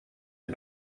les